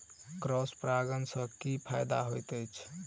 Cross परागण सँ की फायदा हएत अछि?